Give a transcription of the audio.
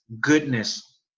goodness